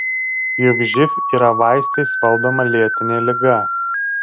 juk živ yra vaistais valdoma lėtinė liga